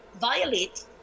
violate